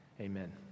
amen